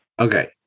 okay